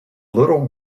little